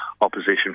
opposition